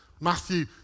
Matthew